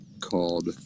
called